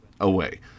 away